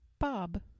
bob